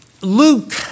Luke